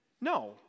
No